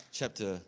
chapter